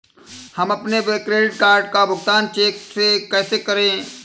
हम अपने credit card का भुगतान चेक से कैसे करें?